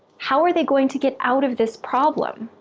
how are they going to get out of this problem?